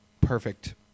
Perfect